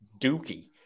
dookie